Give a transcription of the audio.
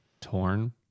torn